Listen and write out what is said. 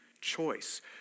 choice